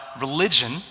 religion